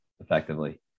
effectively